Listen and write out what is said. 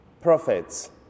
prophets